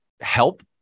help